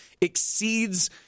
exceeds